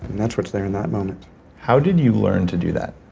that's what's there in that moment how did you learn to do that?